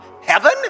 heaven